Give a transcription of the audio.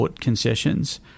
concessions